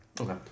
Okay